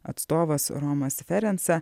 atstovas romas ferenca